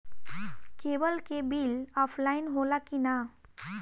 Cable के bill offline होला कि ना?